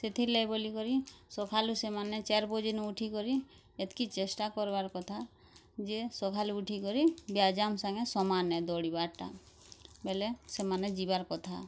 ସେଥିର୍ ଲାଗି ବୋଲି କରି ସଖାଲୁ ସେମାନେ ଚାର୍ ବଜେନୁ ଉଠିକରି ଏତକି ଚେଷ୍ଟା କରବାର୍ କଥା ଯେ ସଖାଲୁ ଉଠିକରି ବ୍ୟାଯାମ୍ ସାଙ୍ଗେ ସାମାନ୍ ଦୌଡ଼ି ବାଟ୍ଟା ବେଲେ ସେମାନେ ଯିବାର୍ କଥା